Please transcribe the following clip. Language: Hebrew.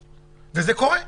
אבל זה כן קורה.